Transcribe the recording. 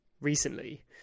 recently